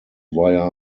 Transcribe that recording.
via